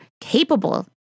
capable